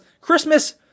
Christmas